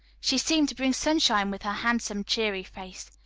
she seemed to bring sunshine with her handsome cheery face.